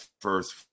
first